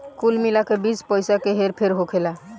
कुल मिला के बीस पइसा के हेर फेर होखेला